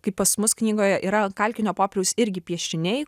kaip pas mus knygoje yra ant kalkinio popieriaus irgi piešiniai